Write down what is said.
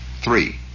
Three